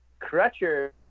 Crutcher